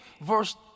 Verse